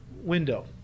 window